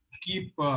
keep